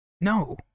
No